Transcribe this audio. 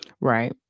Right